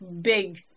big